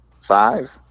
five